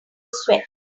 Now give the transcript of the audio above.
sweat